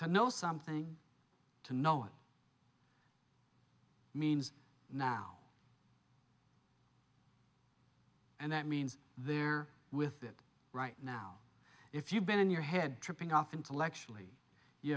to know something to know what it means now and that means there with it right now if you've been in your head tripping off intellectually you